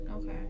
okay